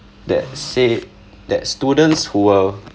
that said that students who were